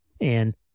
And-